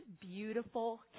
beautiful